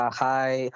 hi